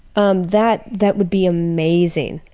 um that that would be amazing.